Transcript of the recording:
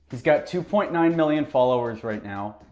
he's got two point nine million followers right now,